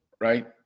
right